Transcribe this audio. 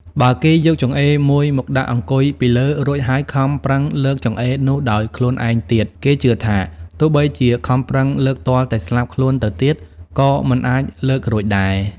បើគេយកចង្អេរមួយមកដាក់អង្គុយពីលើ រួចហើយខំប្រឹងលើកចង្អេរនោះដោយខ្លួនឯងទៀត គេជឿថា ទោះបីជាខំប្រឹងលើកទាល់តែស្លាប់ខ្លួនទៅទៀត ក៏មិនអាចលើករួចដែរ។